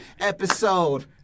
episode